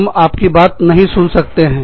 हम आपकी बात नहीं सुन सकते हैं